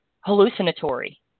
hallucinatory